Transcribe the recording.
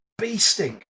beasting